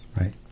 Right